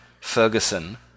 Ferguson